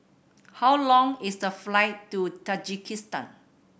how long is the flight to Tajikistan